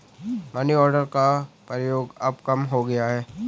money order का प्रयोग अब कम हो गया है